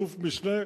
אלוף-משנה,